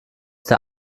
der